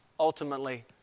ultimately